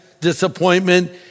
disappointment